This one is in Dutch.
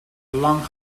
lang